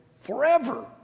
forever